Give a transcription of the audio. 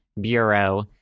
Bureau